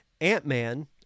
Ant-Man